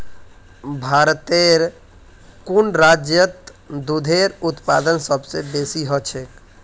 भारतेर कुन राज्यत दूधेर उत्पादन सबस बेसी ह छेक